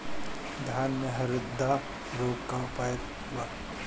धान में हरदा रोग के का उपाय बा?